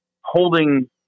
holding